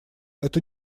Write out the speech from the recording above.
это